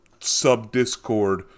sub-Discord